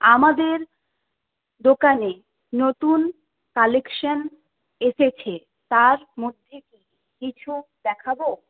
আমাদের দোকানে নতুন কালেকশন এসেছে তার মধ্যে কিছু দেখাব